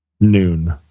noon